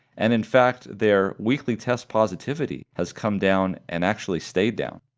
and in fact their weekly test positivity has come down and actually stayed down,